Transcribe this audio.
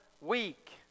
week